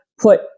put